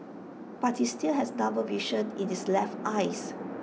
but he still has double vision in his left eye